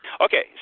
Okay